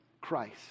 Christ